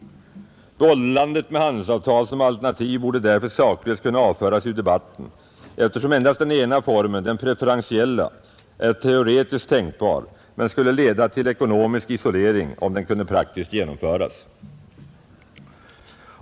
Bollandet med handelsavtal som alternativ borde därför saklöst kunna avföras ur debatten, eftersom endast den ena formen, den preferentiella, är teoretiskt tänkbar, men skulle leda till ekonomisk isolering om den kunde praktiskt genomföras.